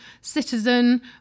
citizen